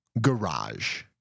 garage